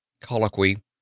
Colloquy